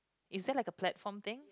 is there like a platform thing